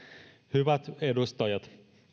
hyvät edustajat